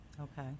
Okay